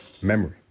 memory